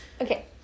Okay